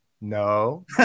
No